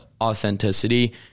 authenticity